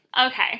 Okay